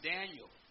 Daniel